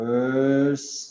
Verse